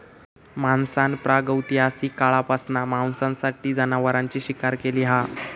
माणसान प्रागैतिहासिक काळापासना मांसासाठी जनावरांची शिकार केली हा